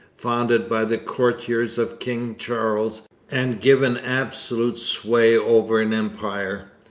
founded by the courtiers of king charles and given absolute sway over an empire,